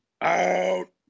Out